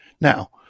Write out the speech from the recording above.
Now